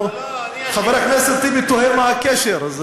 חבר הכנסת טיבי תוהה מה הקשר.